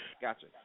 Gotcha